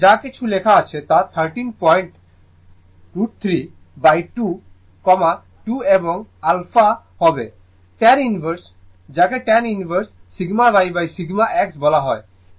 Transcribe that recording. এখানে যা কিছু লেখা আছে তা 13 পয়েন্ট √ 32 2 এবং α হবে tan ইনভার্স যাকে tan ইনভার্স σyσx বলা হয়